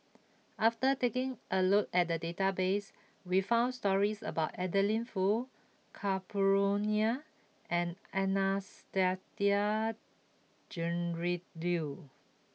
after taking a look at the database we found stories about Adeline Foo Ka Perumal and Anastasia Tjendri Liew